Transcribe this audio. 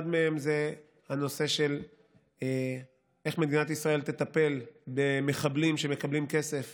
אחד מהם זה הנושא של איך מדינת ישראל תטפל במחבלים שמקבלים כסף